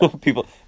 People